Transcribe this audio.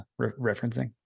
referencing